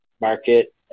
market